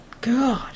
God